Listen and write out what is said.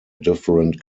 different